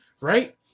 right